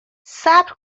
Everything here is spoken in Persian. صبر